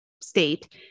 state